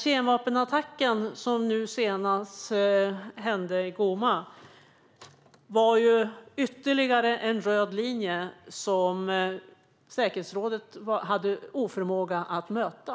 Kemvapenattacken i Douma var ytterligare en röd linje som säkerhetsrådet var oförmögen att möta.